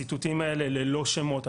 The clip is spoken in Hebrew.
הציטוטים האלה ללא שמות.